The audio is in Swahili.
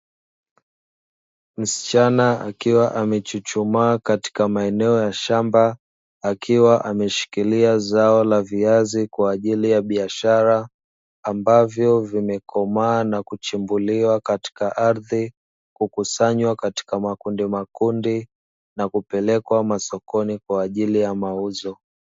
Msichana, akiwa amechuchumaa katika maeneo ya shamba, akiwa ameshikilia zao la viazi kwa ajili ya biashara, ambavyo vimekomaa na kuchimbuliwa katika ardhi, kukusanywa katika makundi makundi na kupelekwa masokoni kwa ajili ya mauzo.